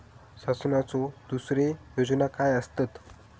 शासनाचो दुसरे योजना काय आसतत?